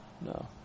No